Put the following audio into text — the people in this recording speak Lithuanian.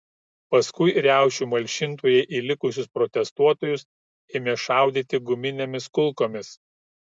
paskui riaušių malšintojai į likusius protestuotojus ėmė šaudyti guminėmis kulkomis